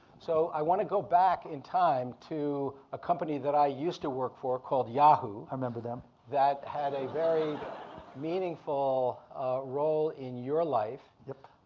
so i wanna go back in time to a company that i used to work for called yahoo. i remember them. that had a very meaningful role in your life. yep.